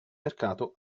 mercato